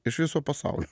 iš viso pasaulio